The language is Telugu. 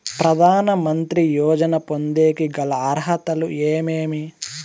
ప్రధాన మంత్రి యోజన పొందేకి గల అర్హతలు ఏమేమి?